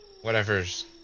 whatever's